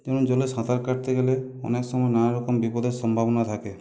যেমন জলে সাঁতার কাটতে গেলে অনেক সময় নানারকম বিপদের সম্ভাবনা থাকে